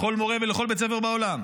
לכל מורה ולכל בית ספר בעולם,